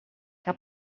que